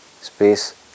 space